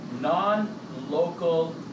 non-local